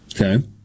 Okay